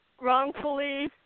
wrongfully